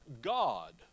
God